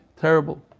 Terrible